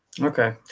Okay